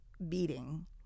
beating